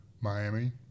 Miami